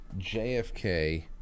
JFK